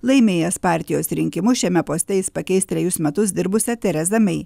laimėjęs partijos rinkimus šiame poste jis pakeis trejus metus dirbusią terezą mei